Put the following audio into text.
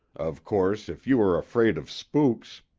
of course if you are afraid of spooks